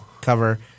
cover